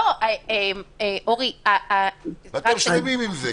כלום, ואתם שלמים עם זה.